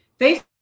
Facebook